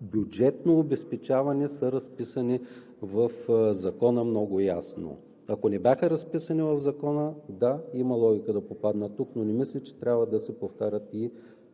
бюджетно обезпечаване много ясно са разписани в Закона. Ако не бяха разписани в Закона, да, има логика да попаднат тук, но не мисля, че трябва да се повтарят